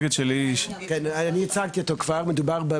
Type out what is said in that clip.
אני יזם.